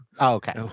Okay